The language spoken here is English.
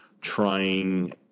trying